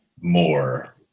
more